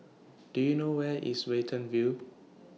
Do YOU know Where IS Watten View